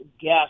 guess